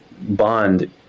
bond